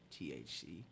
THC